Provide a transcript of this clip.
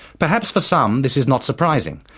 perhaps for some this is not surprising.